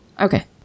Okay